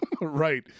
Right